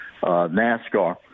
NASCAR